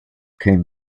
came